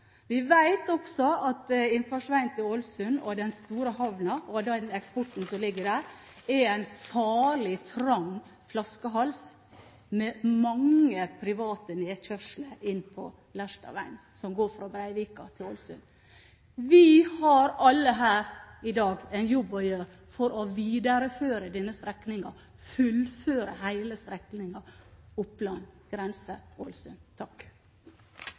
Vi vet også at innfartsveien til Ålesund og til den store havna, med eksporten derfra, er en farlig, trang flaskehals med mange private nedkjørsler inn på Lerstadveien, som går fra Breivika til Ålesund. Vi har alle her i dag en jobb å gjøre for å videreføre denne strekningen, fullføre hele strekningen Ålesund–Oppland grense.